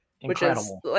Incredible